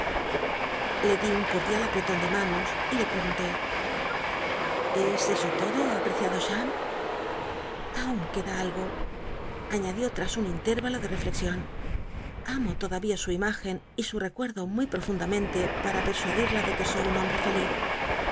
le dí un col'dial apr clon de manos y le pregunté es eso todo apteciado charo aun quedá algo añadió teas un inlérralo de reflexion amo todavía su imágen y su recuerdo muy profundamente para persuadida de que soy un hombre feliz